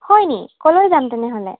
হয়নি ক'লৈ যাম তেনেহ'লে